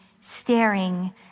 staring